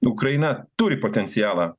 ukraina turi potencialą